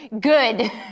good